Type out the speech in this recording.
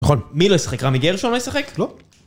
נכון, מי לא ישחק? רמי גארדשון לא ישחק? לא?